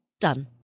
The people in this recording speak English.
Done